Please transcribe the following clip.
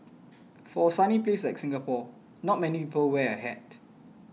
for a sunny place like Singapore not many people wear a hat